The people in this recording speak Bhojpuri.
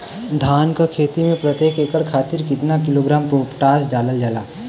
धान क खेती में प्रत्येक एकड़ खातिर कितना किलोग्राम पोटाश डालल जाला?